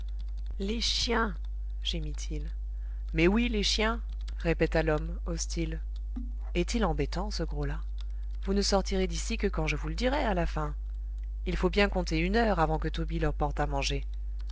les chiens gémit-il mais oui les chiens répéta l'homme hostile est-il embêtant ce gros là vous ne sortirez d'ici que quand je vous le dirai à la fin il faut bien compter une heure avant que tobie leur porte à manger